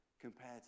compared